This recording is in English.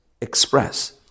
express